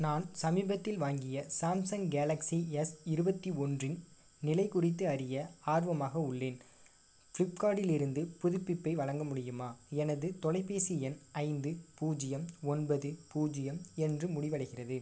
நான் சமீபத்தில் வாங்கிய சாம்சங் கேலக்ஸி எஸ் இருபத்தி ஒன்றின் நிலை குறித்து அறிய ஆர்வமாக உள்ளேன் ஃப்ளிப்கார்ட்டிலிருந்து புதுப்பிப்பை வழங்க முடியுமா எனது தொலைபேசி எண் ஐந்து பூஜ்யம் ஒன்பது பூஜ்யம் என்று முடிவடைகிறது